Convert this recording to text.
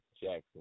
Jackson